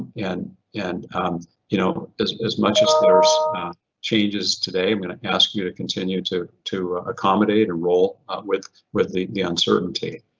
and and um you know as as much as there is changes today, i'm gonna ask you to continue to to accommodate and roll with with the the uncertainty.